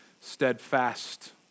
steadfast